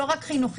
לא רק חינוכית,